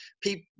people